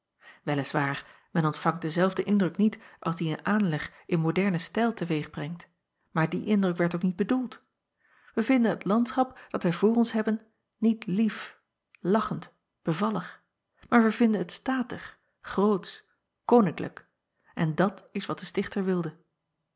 waar men ontvangt denzelfden indruk niet als dien een aanleg in modernen stijl te weeg brengt maar die indruk werd ook niet bedoeld ij vinden het landschap dat wij voor ons hebben niet lief lachend bevallig maar wij vinden het statig grootsch koninklijk en dat is wat de stichter wilde